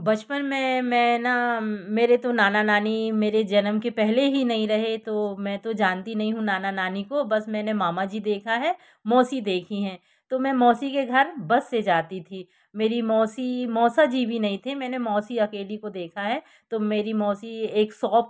बचपन में मैं मेरे तो नाना नानी मेरे जन्म के पहले ही नहीं रहे तो मैं तो जानती नही हूँ नाना नानी को बस मैंने मामा जी देखा है मौसी देखी हैं तो मैं मौसी के घर बस से जाती थी मेरी मौसी मौसा जी भी नहीं थे मैंने मौसी अकेली को देखा है तो मेरी मौसी एक शॉप